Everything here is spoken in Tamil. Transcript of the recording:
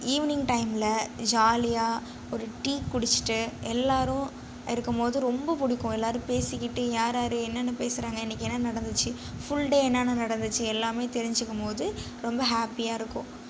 ஈவ்னிங் டைமில் ஜாலியாக ஒரு டீ குடித்துட்டு எல்லோரும் இருக்கும்போது ரொம்ப பிடிக்கும் எல்லோரும் பேசிக்கிட்டு யாராரு என்னென்ன பேசுகிறாங்க இன்றைக்கி என்ன நடந்துச்சு ஃபுல் டே என்னென்ன நடந்துச்சு எல்லாமே தெரிஞ்சிக்கம்போது ரொம்ப ஹாப்பியாக இருக்கும்